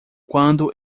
quando